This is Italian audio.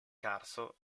carso